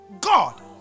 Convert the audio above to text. God